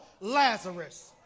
Lazarus